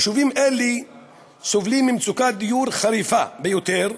יישובים אלה סובלים ממצוקת דיור חריפה ביותר,